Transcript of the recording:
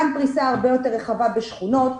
גם פריסה הרבה יותר רחבה בשכונות,